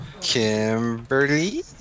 Kimberly